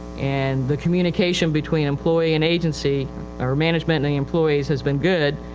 and the communication between employee and agency or management and the employee has been good,